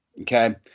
okay